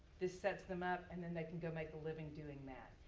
this sets them up. and then they can go make a living doing that.